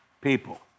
people